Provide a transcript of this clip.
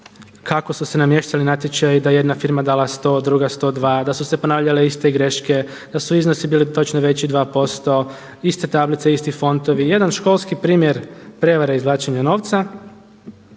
kako su se namještali natječaji da je jedna firma dala 100, druga 102, da su se ponavljale iste greške, da su iznosi bili točno veći 2%, iste tablice, isti fontovi – jedan školski primjer prevare izvlačenja novca.